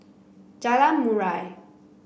Jalan Murai